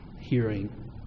hearing